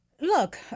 Look